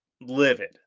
livid